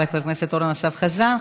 תודה רבה לחבר הכנסת אורן אסף חזן.